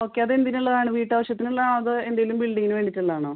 okay അതെന്തിനുള്ളതാണ് വീട്ടാവശ്യത്തിനുള്ളതാണോ അതോ എന്തെങ്കിലും ബിൽഡിംഗിന് വേണ്ടിയിട്ടുള്ളതാണോ